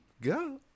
go